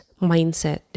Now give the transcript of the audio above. mindset